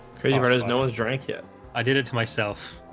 crazy burrows no drink yet. i did it to myself